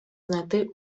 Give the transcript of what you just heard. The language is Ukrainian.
знайти